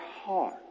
heart